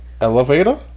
elevator